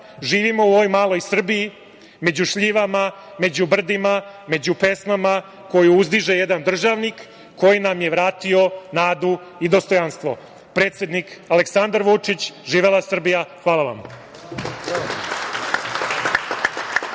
živimo u ovoj maloj Srbiji među šljivama, među brdima, među pesmama koji uzdiže jedan državnik koji nam je vratio nadu i dostojanstvo, predsednik Aleksandar Vučić. Živela Srbija. Hvala vam.